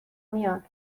میان